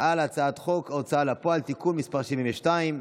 על הצעת חוק ההוצאה לפועל (תיקון מס' 72)